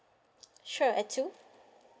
sure at two